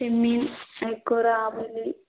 ചെമ്മീൻ ഐക്കൂറ ആവോലി